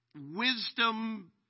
Wisdom